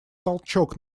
толчок